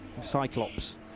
Cyclops